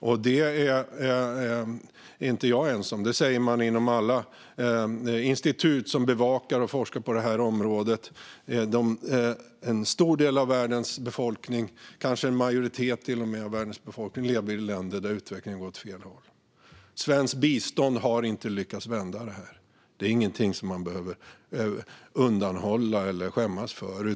Det är jag inte ensam om att säga, utan det säger man inom alla institut som bevakar och forskar på området. En stor del av världens befolkning, kanske till och med en majoritet av världens befolkning, lever i länder där utvecklingen går åt fel håll. Svenskt bistånd har inte lyckats vända utvecklingen. Det är ingenting som man behöver undanhålla eller skämmas för.